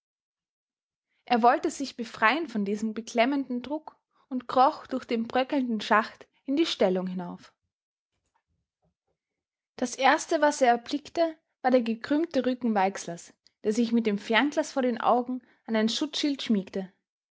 er wollte sich befreien von diesem beklemmenden druck und kroch durch den bröckelnden schacht in die stellung hinauf das erste was er erblickte war der gekrümmte rücken weixlers der sich mit dem fernglas vor den augen an ein schutzschild schmiegte